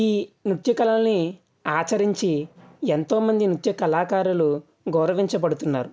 ఈ నృత్య కళలని ఆచరించి ఎంతోమంది నృత్య కళాకారులు గౌరవించబడుతున్నారు